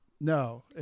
no